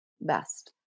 best